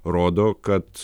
rodo kad